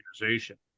organization